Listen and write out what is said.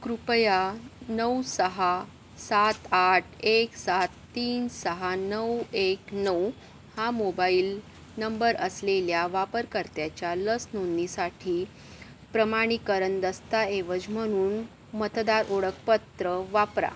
कृपया नऊ सहा सात आठ एक सात तीन सहा नऊ एक नऊ हा मोबाईल नंबर असलेल्या वापरकर्त्याच्या लस नोंदणीसाठी प्रमाणीकरण दस्तऐवज म्हणून मतदार ओळखपत्र वापरा